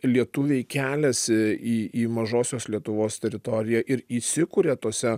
lietuviai keliasi į į mažosios lietuvos teritoriją ir įsikuria tose